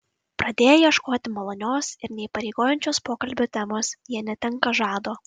pradėję ieškoti malonios ir neįpareigojančios pokalbio temos jie netenka žado